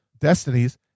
destinies